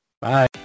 Bye